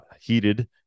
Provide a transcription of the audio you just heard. heated